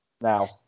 Now